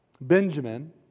Benjamin